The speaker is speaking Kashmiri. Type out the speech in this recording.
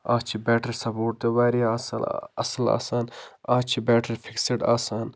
اتھ چھِ بیٹری سَپورٹ تہِ واریاہ اصٕل اصٕل آسان اتھ چھِ بیٹری فِکسٕڈ آسان